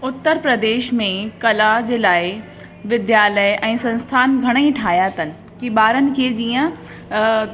उत्तर प्रदेश में कला जे लाइ विद्धालय ऐं संस्थान घणेई ठाहिया अथनि कि बारनि खे जीअं